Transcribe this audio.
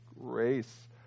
grace